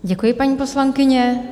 Děkuji, paní poslankyně.